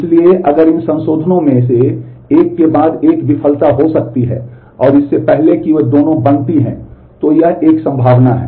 इसलिए अगर इन संशोधनों में से एक के बाद विफलता हो सकती है और इससे पहले कि वे दोनों बनती हैं तो यह एक संभावना है